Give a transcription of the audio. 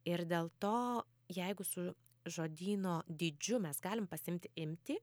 ir dėl to jeigu su žodyno dydžiu mes galim pasiimti imtį